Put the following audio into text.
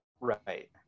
Right